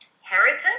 heritage